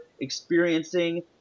experiencing